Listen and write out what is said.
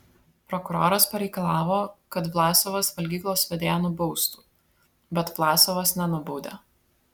prokuroras pareikalavo kad vlasovas valgyklos vedėją nubaustų bet vlasovas nenubaudė